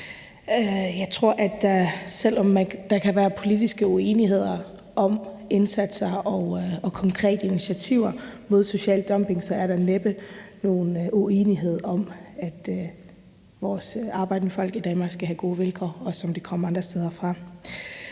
Jeg tror, at selv om der kan være politiske uenigheder om indsatser og konkrete initiativer mod social dumping, så er der næppe nogen uenighed om, at vores arbejdende folk i Danmark skal have gode vilkår, også når de kommer andre steder fra.